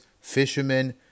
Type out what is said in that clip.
fishermen